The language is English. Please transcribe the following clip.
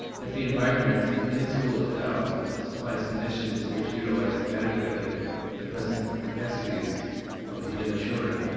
if the environment, in school and out, supplies conditions which utilize adequately the present capacities of the immature,